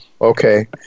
okay